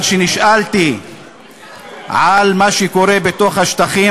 אבל כשנשאלתי על מה שקורה בתוך השטחים,